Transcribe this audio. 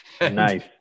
Nice